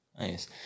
Nice